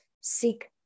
seek